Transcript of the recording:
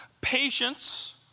patience